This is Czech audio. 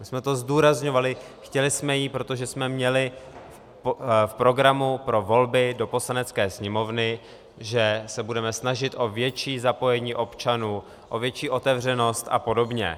My jsme to zdůrazňovali, chtěli jsme ji, protože jsme měli v programu pro volby do Poslanecké sněmovny, že se budeme snažit o větší zapojení občanů, o větší otevřenost apod.